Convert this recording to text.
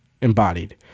embodied